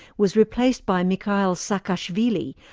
was replaced by mikheil saakashvili,